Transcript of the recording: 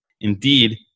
Indeed